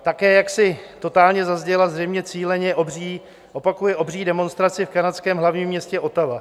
Také jaksi totálně zazdila zřejmě cíleně obří opakuji obří demonstraci v kanadském hlavním městě Ottawa.